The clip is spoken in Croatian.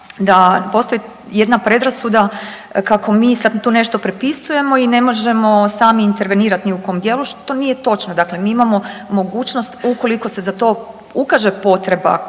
da postoji jedna predrasuda kako mi tu sad nešto prepisujemo i ne možemo sami intervenirati ni u kojem dijelu što nije točno dakle, mi imamo mogućnost ukoliko se za to ukaže potreba